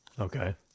Okay